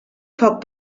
foc